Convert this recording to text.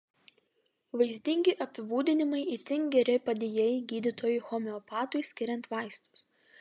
vaizdingi apibūdinimai itin geri padėjėjai gydytojui homeopatui skiriant vaistus